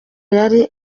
yari